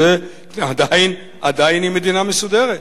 עדיין היא מדינה מסודרת.